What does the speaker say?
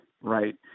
right